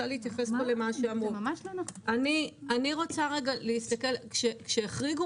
אני מבינה את הרצון